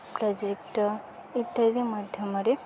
projector ଇତ୍ୟାଦି ମାଧ୍ୟମରେ